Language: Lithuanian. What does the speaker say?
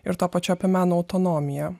ir tuo pačiu apie meno autonomiją